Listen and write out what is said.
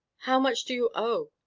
how much do you owe?